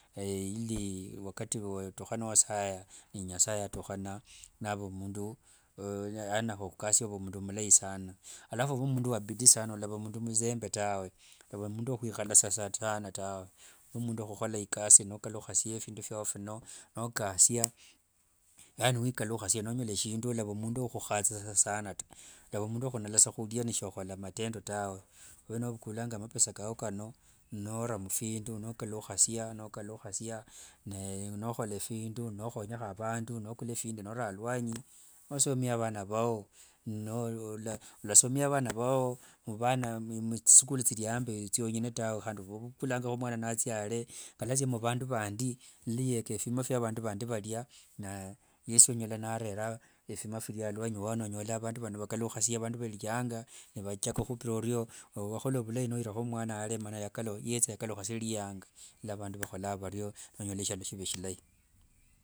Wakati wa otukha nosaya, ne nasaye atukhana nava mundu akhukasia nova mundu mulai sana. Alafu ove mundu wa bidii sana, walava mundu muzembe tawe. Walava sa mundu wa khwikhala sa sana tawe. Ove mundu wokhukhola ikasi nokalukhasia phindu fwao vino nokasia. Yani, niwikalukhasia, nonyola sindu solava mundu wokhukhatha sana ta. Walava mundu eokhunsla khulia nisokhola matendo tawe. Ove novukulanga mapesa kao kano, nora muphindu nokalukhasia nokalukhasia ne nokhola phindu, nokhonyakho avandu, nokula phindi nora aluanyi nosomia vana vao. Olasomia vana vao muvana muthisukuli thiliambi thiongone tawe. Handi ovavukulangakho vana nathiale ngaluesie vandu vandi liyeka fima phia vandu vandi valia, na yesi onyola narera ephima philia aluanyi wao nonyola vandu vano vakalukhasie vandu veliyanga nivachaka khupira orio, owakhola vilai noira mwana ale mana yakalukha yetha yakalukhasia liyanga. Niluavandu vakholanga vario, nonyola shialo shili shilai.